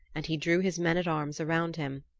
and he drew his men-at-arms around him,